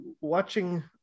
watching